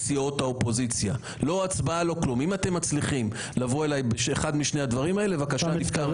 אולי תקשיבו לדברים, אולי משהו ישתנה.